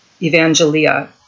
Evangelia